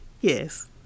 Yes